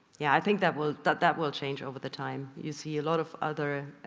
yeah, i think that will, that that will change over the time. you see a lot of other